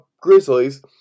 Grizzlies